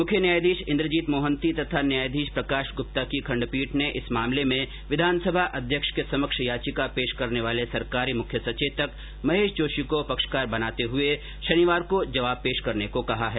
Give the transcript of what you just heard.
मुख्य न्यायाधीश इंद्रजीत मोहती और न्यायाधीश प्रकाश गुप्ता की खंडपीठ ने इस मामले में विधानसभा अध्यक्ष के समक्ष याचिका पेश करने वाले सरकारी मुख्य सचेतक महेश जोशी को पक्षकार बनाने हए शनिवार को जवाब पेश करने को कहा है